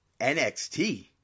NXT